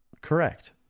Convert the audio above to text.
Correct